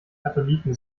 katholiken